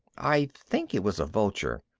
i think it was a vulture.